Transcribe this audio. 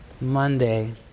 Monday